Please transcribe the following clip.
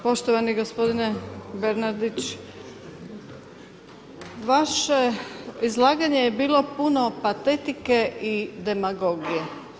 Poštovani gospodine Bernardić, vaše izlaganje je bilo puno patetike i demagogije.